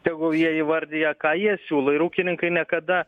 tegul jie įvardija ką jie siūlo ir ūkininkai niekada